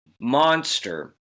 monster